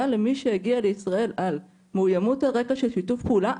למי שהגיע לישראל על מאוימות על רקע של שיתוף פעולה,